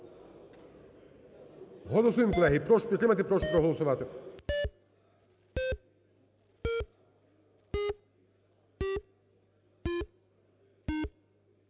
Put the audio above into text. Голосуємо, колеги. Прошу підтримати, прошу проголосувати.